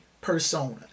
persona